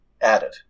added